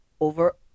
over